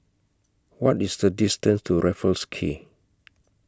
What IS The distance to Raffles Quay